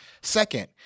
Second